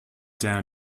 down